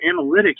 analytics